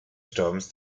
sturmes